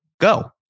go